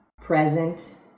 present